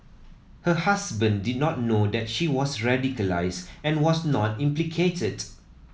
her husband did not know that she was radicalised and was not implicated